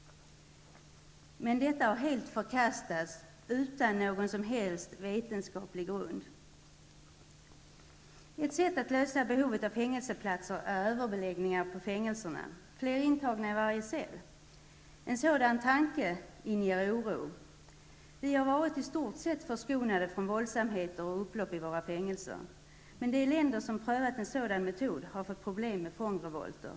Men detta har helt förkastats, utan någon som helst vetenskaplig grund. Ett sätt att lösa behovet av fängelseplatser är överbeläggningar på fängelserna, flera intagna i varje cell. En sådan tanke inger oro. Vi har varit i stort sett förskonade från våldsamheter och upplopp i våra fängelser. Men de länder som prövat en sådan metod har fått problem med fångrevolter.